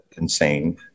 insane